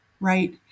right